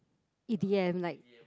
E_D_M like